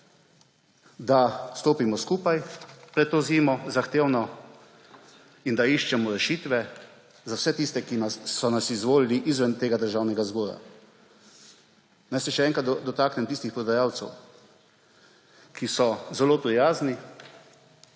da stopimo skupaj pred to zahtevno zimo in iščemo rešitve za vse tiste, ki so nas izvolili, izven tega Državnega zbora. Naj se še enkrat dotaknem tistih prodajalcev, ki so zelo prijazni,